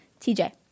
TJ